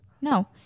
No